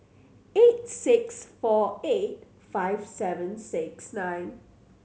eight six four eight five seven six nine